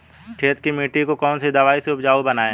खेत की मिटी को कौन सी दवाई से उपजाऊ बनायें?